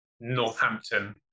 Northampton